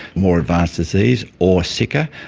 more advanced disease or sicker,